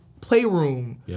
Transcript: playroom